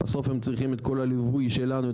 בסוף הם צריכים את כל הליווי שלנו,